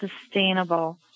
sustainable